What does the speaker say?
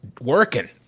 working